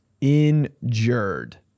injured